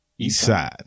Eastside